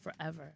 forever